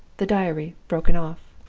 the diary broken off.